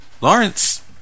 Lawrence